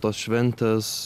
tos šventės